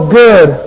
good